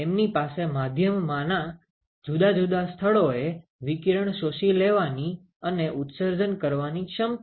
તેમની પાસે માધ્યમમાંમાં જુદા જુદા સ્થળોએ વિકિરણ શોષી લેવાની અને ઉત્સર્જન કરવાની ક્ષમતા છે